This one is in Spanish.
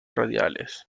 radiales